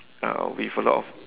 uh with a lot of